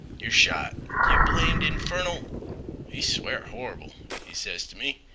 yer shot, yeh blamed infernal he swear horrible he ses t' me.